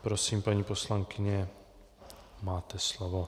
Prosím, paní poslankyně, máte slovo.